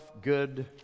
good